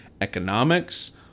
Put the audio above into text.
economics